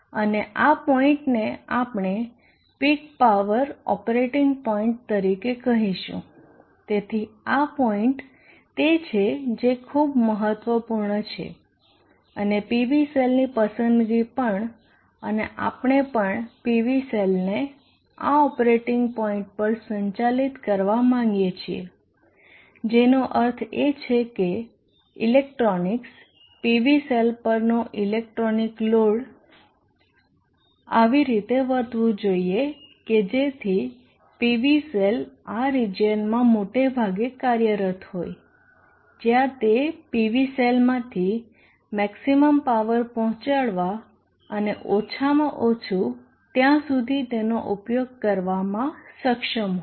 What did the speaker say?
અને આ પોઈન્ટને આપણે પીક પાવર ઓપરેટિંગ પોઇન્ટ તરીકે કહીશું તેથી આ પોઈન્ટ તે છે જે ખૂબ મહત્વપૂર્ણ છે અને PV સેલની પસંદગી પણ અને આપણે પણ PV સેલને આ ઓપરેટિંગ પોઇન્ટ પર સંચાલિત કરવા માંગીએ છીએ જેનો અર્થ એ છે કે ઇલેક્ટ્રોનિક્સ PV સેલ પર નો ઇલેક્ટ્રોનિક લોડ એવી રીતે વર્તવું જોઈએ કે જેથી PV સેલ આ રીજીયનમાં મોટાભાગે કાર્યરત હોય જ્યાં તે PV સેલમાંથી મેક્ષીમમ પાવર પહોંચાડવા અને ઓછામાં ઓછું ત્યાં સુધી તેનો ઉપયોગ કરવામાં સક્ષમ હોય